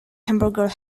hamburger